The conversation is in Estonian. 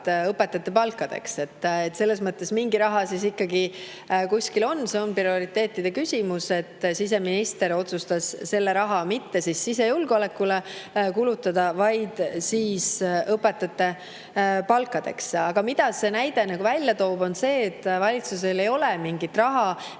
õpetajate palkadeks. Selles mõttes mingi raha siis ikkagi kuskil on ja see oli prioriteetide küsimus, et siseminister otsustas selle raha mitte sisejulgeolekule kulutada, vaid õpetajate palkadeks. Aga see näide toob välja selle, et valitsusel ei ole mingit raha,